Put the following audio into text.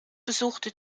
besuchte